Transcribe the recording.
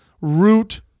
root